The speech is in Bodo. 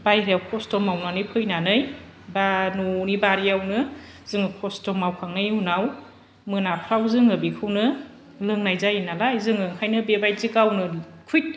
बायह्रायाव खस्थ' मावनानै फैनानै बा न'नि बारियावनो जों खस्थ' मावखांनायनि उनाव मोनाफ्राव जोङो बेखौनो लोंनाय जायो नालाय जोङो एखायनो बेबादि गावनो खुइख